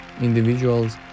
individuals